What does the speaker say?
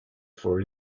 for